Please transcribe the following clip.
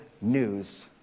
news